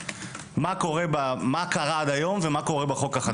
מה קרה עד היום ומה יקרה בחוק החדש?